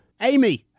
Amy